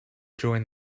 joined